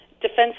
defense